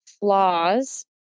flaws